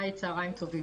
צהריים טובים.